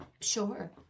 Sure